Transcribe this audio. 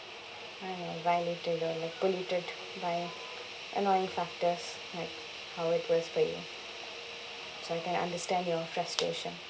kind of violated or like polluted by annoying factors like how it was for you so I can understand your frustration